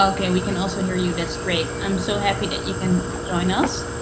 okay, we can also hear you, that's great. i'm so happy that you can join us.